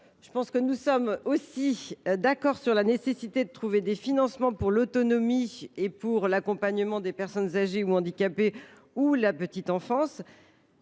également tous d’accord sur la nécessité de trouver des financements pour l’autonomie, pour l’accompagnement des personnes âgées ou handicapées et pour la petite enfance.